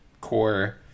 core